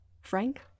Frank